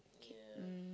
okay um